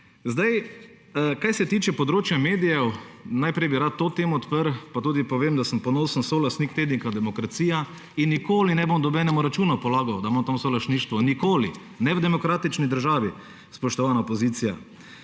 Kar se tiče področja medijev, najprej bi rad to temo odprl. Pa tudi povem, da sem ponosen solastnik tednika Demokracija in nikoli ne bom nikomur računov polagal, da imam tam solastništvo. Nikoli. Ne v demokratični državi, spoštovana opozicija.